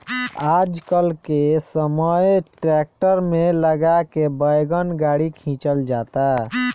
आजकल के समय ट्रैक्टर में लगा के वैगन गाड़ी खिंचल जाता